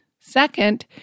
Second